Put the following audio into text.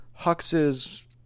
Hux's